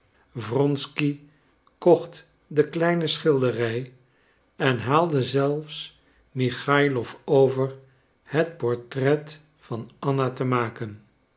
wronsky kocht de kleine schilderij en haalde zelfs michaïlof over het portret van anna te maken